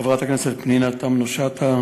חברת הכנסת פנינה תמנו-שטה,